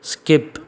skip